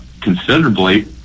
considerably